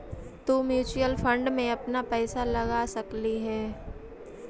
तु mutual fund में अपन पईसा लगा सकलहीं हे